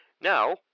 Now